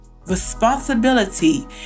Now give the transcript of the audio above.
responsibility